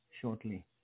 shortly